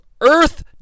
Earth